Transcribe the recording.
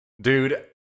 dude